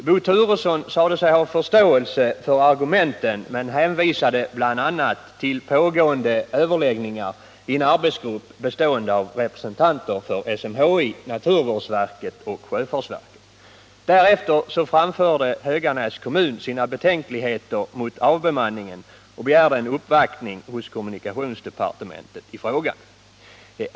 Bo Turesson sade sig ha förståelse för argumenten men hänvisade bl.a. till pågående överläggningar i en arbetsgrupp, bestående av representanter för SMHI, naturvårdsverket och sjöfartsverket. Därefter framförde Höganäs kommun sina betänkligheter mot avbemanningen och begärde en uppvaktning hos kommunikationsdepartementet.